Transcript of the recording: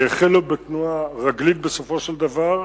והחלו בתנועה רגלית בסופו של דבר,